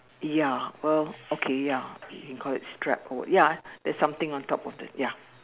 ya well okay ya you can call it strap or what ya there's something on top of the ya